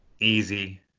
easy